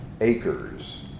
acres